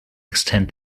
extend